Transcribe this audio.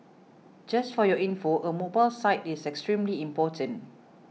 just for your info a mobile site is extremely important